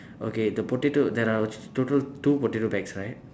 okay the potato there are total two potato bags right